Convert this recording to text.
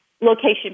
location